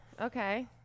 Okay